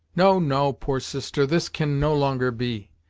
no, no poor sister this can no longer be.